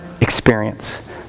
experience